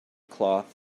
cloth